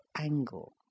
angle